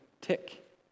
tick